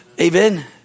Amen